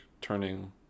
turning